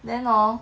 then hor